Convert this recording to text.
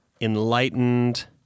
enlightened